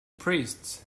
priests